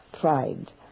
Pride